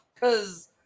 Cause